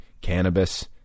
cannabis